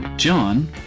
John